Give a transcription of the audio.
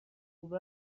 خوب